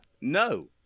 no